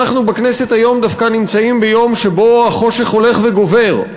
אנחנו בכנסת היום דווקא נמצאים ביום שבו החושך הולך וגובר,